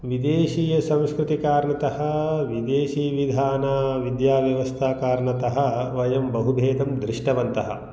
विदेशीयसंस्कृतिकारणतः विदेशीविधानाविद्याव्य्वस्थाकारणतः वयं बहुभेदं दृष्टवन्तः